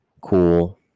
cool